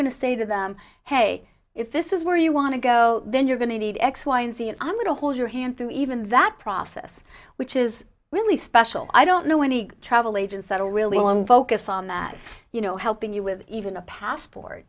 going to say to them hey if this is where you want to go then you're going to need x y and z i'm going to hold your hand through even that process which is really special i don't know any travel agents that are really long focus on that you know helping you with even a passport